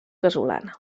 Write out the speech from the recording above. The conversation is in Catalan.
casolana